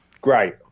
great